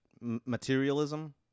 materialism